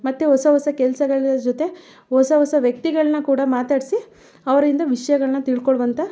ಮತ್ತೆ ಹೊಸ ಹೊಸ ಕೆಲಸಗಳ ಜೊತೆ ಹೊಸ ಹೊಸ ವ್ಯಕ್ತಿಗಳನ್ನ ಕೂಡ ಮಾತಾಡಿಸಿ ಅವರಿಂದ ವಿಷಯಗಳ್ನ ತಿಳ್ಕೊಳ್ಳುವಂಥ